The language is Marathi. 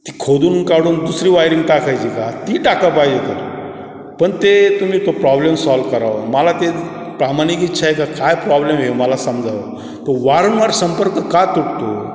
ती खोदून काढून दुसरी वायरिंग टाकायची का ती टाका पाहिजे तर पण ते तुम्ही तो प्रॉब्लेम सॉल्व करा बुवा मला ते प्रामाणिक इच्छा आहे का काय प्रॉब्लेम आहे हे मला समजावं तो वारंवार संपर्क का तुटतो